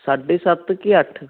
ਸਾਢੇ ਸੱਤ ਕਿ ਅੱਠ